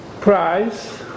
price